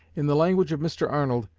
in the language of mr. arnold,